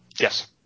Yes